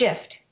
shift